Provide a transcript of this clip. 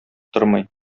тормый